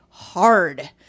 hard